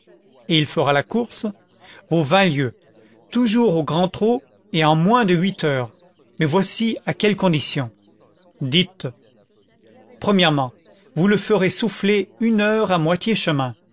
et il fera la course vos vingt lieues toujours au grand trot et en moins de huit heures mais voici à quelles conditions dites premièrement vous le ferez souffler une heure à moitié chemin